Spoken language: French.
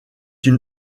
une